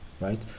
right